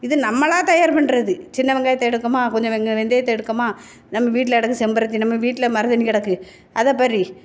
இது நம்மளாக தயார் பண்ணுறது சின்ன வெங்காயத்தை எடுத்தோமா கொஞ்சம் வெங் வெந்தயத்தை எடுக்கமா நம்ம வீட்டில் கிடக்கு செம்பருத்தி நம்ம வீட்டில் மருதாணி கிடக்கு அதை பறி